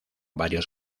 varios